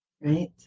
Right